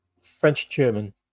French-German